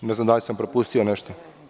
Ne znam da li sam propustio nešto?